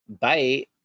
Bye